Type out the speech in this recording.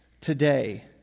today